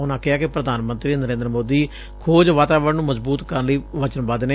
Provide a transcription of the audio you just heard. ਉਨਾਂ ਕਿਹਾ ਕਿ ਪ੍ਰਧਾਨ ਮੰਤਰੀ ਨਰੇਂਦਰ ਮੋਦੀ ਖੋਜ ਵਾਤਾਵਰਣ ਨੂੰ ਮਜ਼ਬੂਤ ਕਰਨ ਲਈ ਵਚਨਬੱਧ ਨੇ